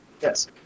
Yes